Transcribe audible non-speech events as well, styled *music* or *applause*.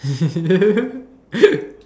*laughs*